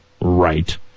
right